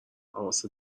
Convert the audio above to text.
حواست